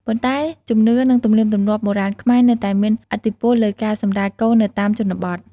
ប៉ុន្តែ ជំនឿ និងទំនៀមទម្លាប់បុរាណខ្មែរនៅតែមានឥទ្ធិពលលើការសម្រាលកូននៅតាមជនបទ។